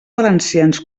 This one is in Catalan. valencians